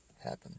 happen